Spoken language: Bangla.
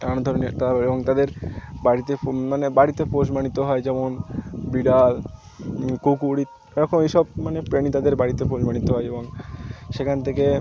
নানা ধরনের এবং তাদের বাড়িতে মানে বাড়িতে পোষ মানিত হয় যেমন বিড়াল কুকুরি এ রকম এই সব মানে প্রাণী তাদের বাড়িতে প্রতিপালিত হয় এবং সেখান থেকে